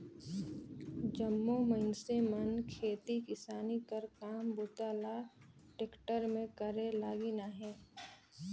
जम्मो मइनसे मन खेती किसानी कर काम बूता ल टेक्टर मे करे लगिन अहे